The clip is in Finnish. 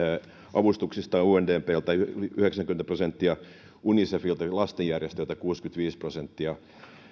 avustuksista undpltä yli yhdeksänkymmentä prosenttia unicefilta eli lasten järjestöltä kuusikymmentäviisi prosenttia